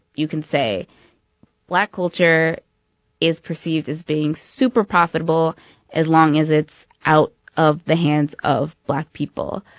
you can say black culture is perceived as being super profitable as long as it's out of the hands of black people.